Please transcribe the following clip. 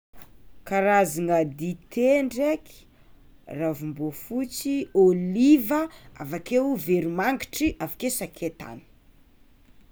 Karazana dite ndraiky: ravimboafotsy, ôliva, avakeo veromangitry, avakeo sakaitany.